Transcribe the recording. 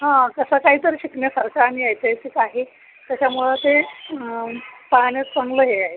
हा तसं काही तरी शिकण्यासारखं आणि ऐतिहासिक आहे त्याच्यामुळे ते पाहण्यात चांगलं हे आहे